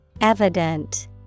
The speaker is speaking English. Evident